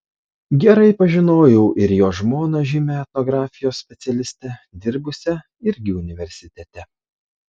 gerai pažinojau ir jo žmoną žymią etnografijos specialistę dirbusią irgi universitete